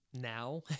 now